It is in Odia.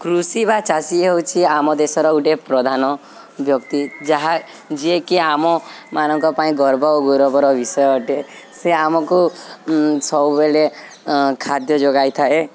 କୃଷି ବା ଚାଷୀ ହେଉଛିି ଆମ ଦେଶର ଗୋଟେ ପ୍ରଧାନ ବ୍ୟକ୍ତି ଯାହା ଯିଏକି ଆମମାନଙ୍କ ପାଇଁ ଗର୍ବ ଓ ଗୌରବର ବିଷୟ ଅଟେ ସେ ଆମକୁ ସବୁବେଳେ ଖାଦ୍ୟ ଯୋଗାଇ ଥାଏ